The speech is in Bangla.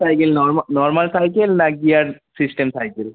সাইকেল নরমা নরমাল সাইকেল না গিয়ার সিস্টেম সাইকেল